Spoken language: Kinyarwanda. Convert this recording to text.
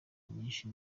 nyinshi